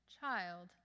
child